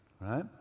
right